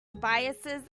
biases